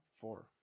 Four